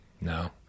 No